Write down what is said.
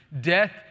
Death